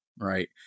right